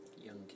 Young